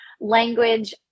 language